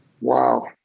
Wow